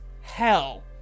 hell